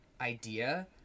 idea